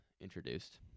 introduced